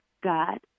God